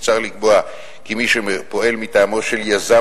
מוצע לקבוע כי מי שפועל מטעמו של יזם